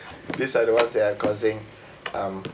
these are the ones that are causing um